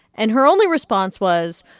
and her only response was,